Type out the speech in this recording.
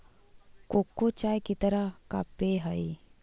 cocoa चाय की तरह का पेय हई